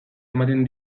ematen